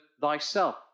thyself